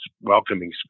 welcoming